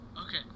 Okay